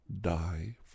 die